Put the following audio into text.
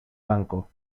banco